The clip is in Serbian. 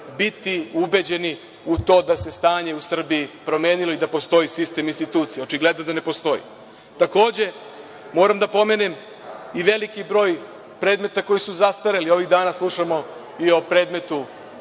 biti ubeđeni u to da se stanje u Srbiji promenilo i da postoji sistem institucije. Očigledno da ne postoji. Moram da pomenem i veliki broj predmeta koji su zastareli. Ovih dana slušamo i o predmetu